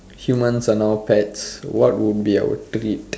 humans are now pets what would be our treat